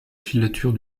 filature